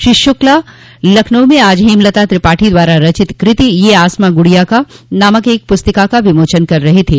श्री शुक्ला लखनऊ में आज हेमलता त्रिपाठी द्वारा रचित कृति यह आसमा गुड़िया का नामक एक पुस्तिका का विमोचन कर रहे थे